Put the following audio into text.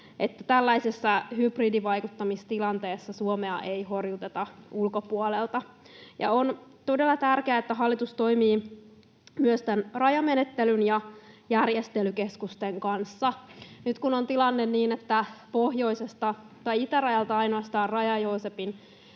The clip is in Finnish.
että tällaisessa hybridivaikuttamistilanteessa Suomea ei horjuteta ulkopuolelta. On todella tärkeää, että hallitus toimii myös tämän rajamenettelyn ja järjestelykeskusten kanssa. Nyt on tilanne niin, että pohjoisesta tai itärajalta ainoastaan Raja-Joosepin